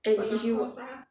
and if you